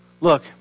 Look